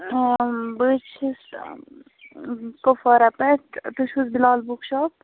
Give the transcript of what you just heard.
ٲں بہٕ حظ چھَس کُپوارا پیٚٹھ تُہۍ چھُ حظ بِلال بُک شاپ